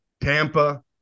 Tampa